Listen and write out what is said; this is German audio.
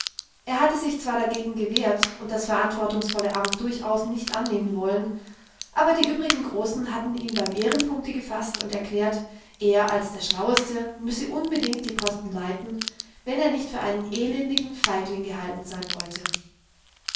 er hatte sich zwar dagegen gewehrt und das verantwortungsvolle amt durchaus nicht annehmen wollen aber die übrigen großen hatten ihn beim ehrenpunkte gefaßt und erklärt er als der schlaueste müsse unbedingt die posten leiten wenn er nicht für einen elenden feigling gehalten sein wollte